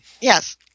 yes